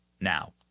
now